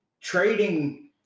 trading